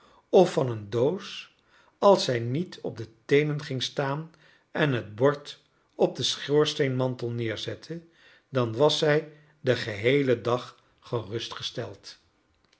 of van een doos als zij niet op de teenen ging staan en het bord op den schoorsteenmantel neerzette dan was zij den gehcelen dag